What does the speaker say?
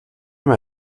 même